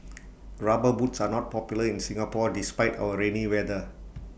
rubber boots are not popular in Singapore despite our rainy weather